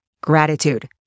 gratitude